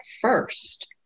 first